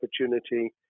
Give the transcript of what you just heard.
opportunity